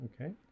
Okay